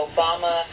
Obama